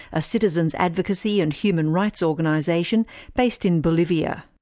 a citizens' advocacy and human rights organisation based in bolivia.